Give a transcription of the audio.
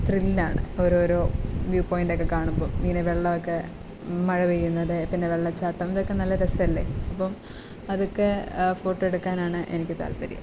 thrill ആണ് ഓരോ ഓരോ വ്യൂ പോയിൻറ് ഒക്കെ കാണുമ്പോൾ ഇങ്ങനെ വെള്ളം ഒക്കെ മഴ പെയ്യുന്നത് പിന്നെ വെള്ളച്ചാട്ടം ഇതൊക്കെ നല്ല രസമല്ലേ അപ്പം അതൊക്കെ ഫോട്ടോ എടുക്കാനാണ് എനിക്ക് താല്പര്യം